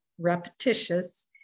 repetitious